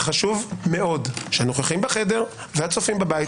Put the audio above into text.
חשוב מאוד שהנוכחים בחדר והצופים בבית